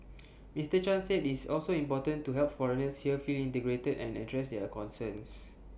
Mister chan said it's also important to help foreigners here feel integrated and address their concerns